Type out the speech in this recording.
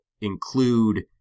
include